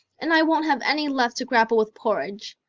and i won't have any left to grapple with porridge.